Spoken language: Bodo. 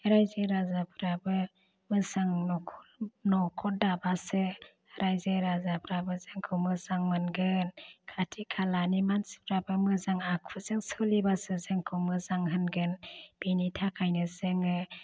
रायजो राजाफ्राबो मोजां नखर नखर दाबासो रायजो राजाफ्राबो जोंखौ मोजां मोनगोन खाथि खालानि मानसिफ्राबो मोजां आखुजों सोलिबासो जोंखौ मोजां होनगोन बिनि थाखायनो जोङो